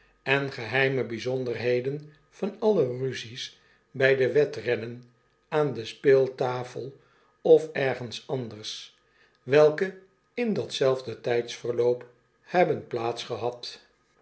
en geheime bijzonderheden van alle ruzies bij de wedrennen aan de speeltafel of ergens anders welke in datzelfde tijdsverloop hebben plaits gehad